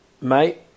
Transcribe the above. Mate